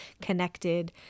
connected